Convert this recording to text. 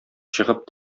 чыгып